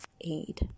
aid